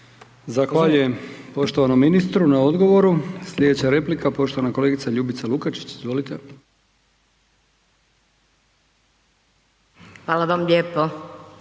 Zahvaljujem poštovanom ministru na odgovoru. Slijedeća replika poštovana kolegica Ljubica Lukačić. Izvolite. **Lukačić,